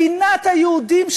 מדינת היהודים,